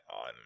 on